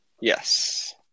Yes